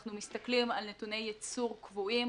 אנחנו מסתכלים על נתוני ייצור קבועים,